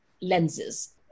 lenses